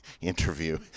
interview